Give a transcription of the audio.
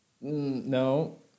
No